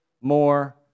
more